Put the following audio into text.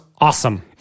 awesome